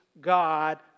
God